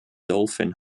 dolphin